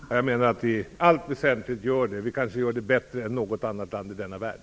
Herr talman! Jag menar att vi i allt väsentligt gör det. Vi kanske gör det bättre än något annat land i denna värld.